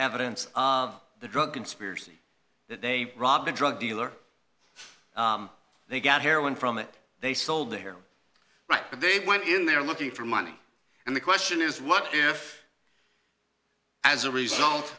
evidence of the drug conspiracy that they robbed a drug dealer they got heroin from it they sold their right but they went in there looking for money and the question is what if as a result